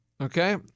Okay